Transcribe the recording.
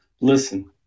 Listen